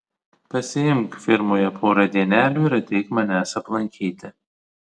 pasiimk firmoje porą dienelių ir ateik manęs aplankyti